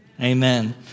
Amen